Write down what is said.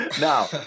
now